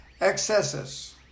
excesses